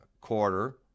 quarter